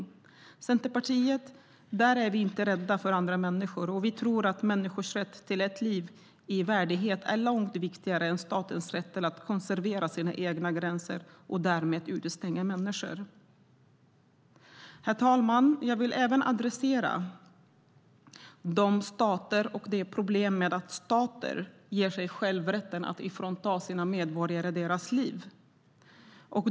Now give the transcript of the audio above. I Centerpartiet är vi inte rädda för andra människor. Vi tror att människors rätt till ett liv i värdighet är långt viktigare än statens rätt att konservera sina egna gränser och därmed utestänga människor. Herr talman! Jag vill även adressera de stater som ger sig själva rätten att frånta sina medborgare deras liv.